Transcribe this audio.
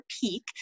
peak